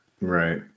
Right